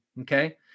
Okay